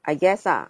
I guess ah